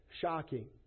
shocking